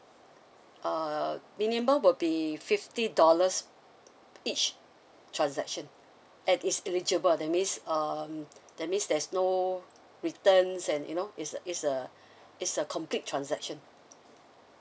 uh minimum will be fifty dollars each transaction and it's eligible that means um that means there's no returns and you know it's a it's a it's a complete transaction